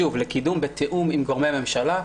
שוב, לקידום בתיאום עם גורמי ממשלה.